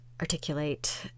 articulate